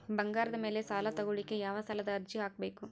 ಬಂಗಾರದ ಮ್ಯಾಲೆ ಸಾಲಾ ತಗೋಳಿಕ್ಕೆ ಯಾವ ಸಾಲದ ಅರ್ಜಿ ಹಾಕ್ಬೇಕು?